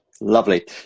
Lovely